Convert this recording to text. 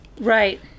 Right